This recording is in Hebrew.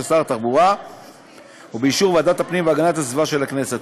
שר התחבורה ובאישור ועדת הפנים והגנת הסביבה של הכנסת.